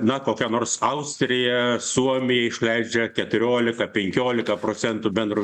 na kokia nors austrija suomija išleidžia keturiolika penkiolika procentų bendro